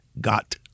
got